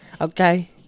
Okay